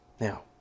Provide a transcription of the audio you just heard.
Now